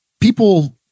people